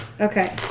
Okay